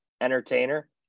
entertainer